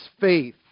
faith